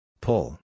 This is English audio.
Pull